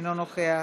אינו נוכח.